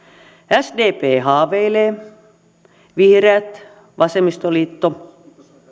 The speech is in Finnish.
sdp haaveilee vihreät ja vasemmistoliitto